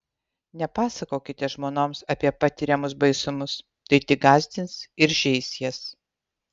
nepasakokite žmonoms apie patiriamus baisumus tai tik gąsdins ir žeis jas